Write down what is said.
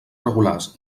regulars